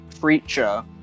creature